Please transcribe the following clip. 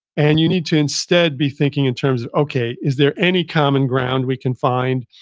and you need to instead be thinking in terms, okay is there any common ground we can find?